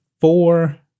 four